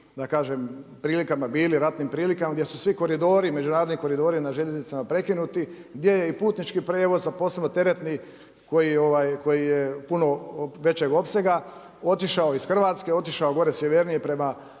da kažem prilikama bili, ratnim prilikama gdje su svi koridori međunarodni koridori na željeznicama prekinuti, gdje je i putnički prijevoz a posebno i teretni koji je puno većeg opsega otišao iz Hrvatske, otišao gore sjevernije prema